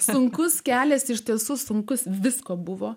sunkus kelias iš tiesų sunkus visko buvo